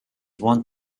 want